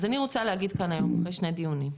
אז אני רוצה להגיד כאן היום אחרי שני דיונים,